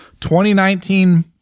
2019